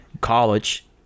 college